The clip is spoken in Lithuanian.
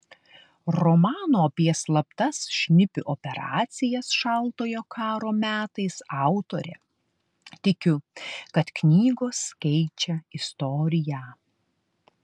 romano apie slaptas šnipių operacijas šaltojo karo metais autorė tikiu kad knygos keičia istoriją